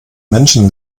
menschen